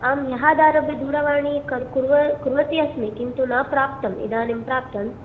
आम् ह्य आरभ्यदूरवाणी कुर्वति अस्मि किन्तु न प्राप्तम् इदानीं प्राप्तं